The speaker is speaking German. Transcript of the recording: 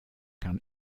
kann